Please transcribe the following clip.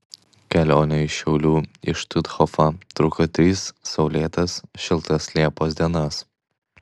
kelionė iš šiaulių į štuthofą truko tris saulėtas šiltas liepos dienas